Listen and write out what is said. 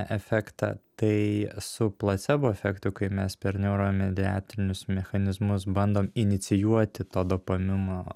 efektą tai su placebo efektu kai mes per neuromediatinius mechanizmus bandom inicijuoti to dopamino